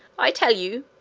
i tell you,